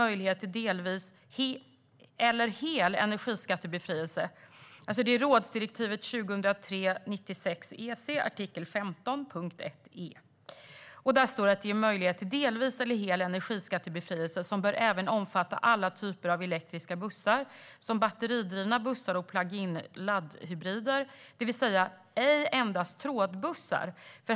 Det finns ett rådsdirektiv - 2003 EG, artikel 15, punkt 1 e) - som säger att det finns möjlighet till delvis eller hel energiskattebefrielse som även bör omfatta alla typer av elektriska bussar, som batteridrivna bussar och plug-in laddhybrider, det vill säga ej endast trådbussar.